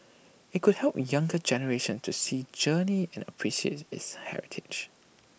IT could help younger generations to see journey and appreciate its heritage